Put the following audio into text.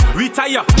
retire